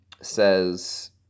says